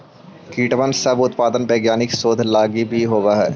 कीटबन सब के उत्पादन वैज्ञानिक शोधों लागी भी होब हई